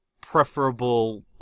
preferable